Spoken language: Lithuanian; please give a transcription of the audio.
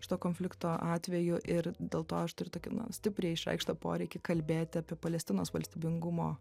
šito konflikto atveju ir dėl to aš turiu tokį na stipriai išreikštą poreikį kalbėti apie palestinos valstybingumo